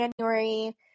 January